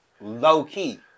low-key